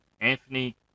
Anthony